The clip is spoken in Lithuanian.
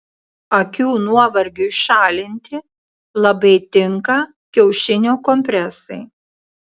akių nuovargiui šalinti labai tinka kiaušinio kompresai